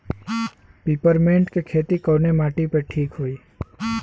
Peppermint के खेती कवने माटी पे ठीक होई?